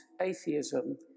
atheism